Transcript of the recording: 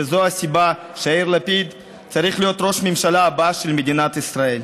וזו הסיבה שיאיר לפיד צריך להיות ראש הממשלה הבא של מדינת ישראל.